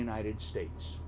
united states